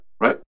right